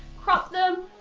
crop them,